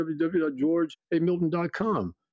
www.georgeamilton.com